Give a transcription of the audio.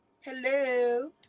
hello